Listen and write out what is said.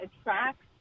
attracts